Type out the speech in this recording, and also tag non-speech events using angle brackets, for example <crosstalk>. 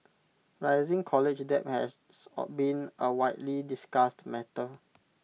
rising college debt has <noise> been A widely discussed matter